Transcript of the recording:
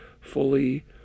fully